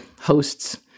hosts